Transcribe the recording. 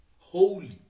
Holy